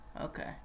Okay